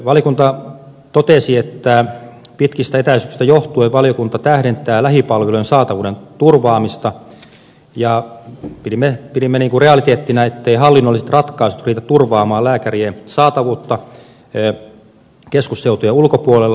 valiokunta totesi että pitkistä etäisyyksistä johtuen valiokunta tähdentää lähipalvelujen saatavuuden turvaamista ja pidimme realiteettina etteivät hallinnolliset ratkaisut riitä turvaamaan lääkärien saatavuutta keskusseutujen ulkopuolella